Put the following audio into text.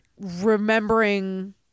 remembering